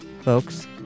folks